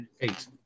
eight